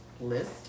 list